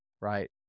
right